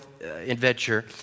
adventure